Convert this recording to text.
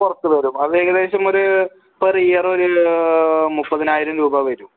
പുറത്ത് വരും അത് ഏകദേശം ഒര് പെർ ഇയറ് ഒര് മുപ്പതിനായിരം രൂപ വരും